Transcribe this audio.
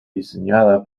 diseñada